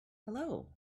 hello